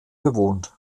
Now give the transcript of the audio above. bewohnt